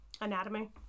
Anatomy